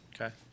Okay